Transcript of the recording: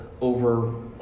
over